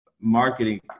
marketing